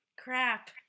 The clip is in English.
Crap